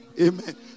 Amen